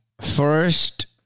first